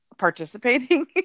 participating